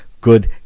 good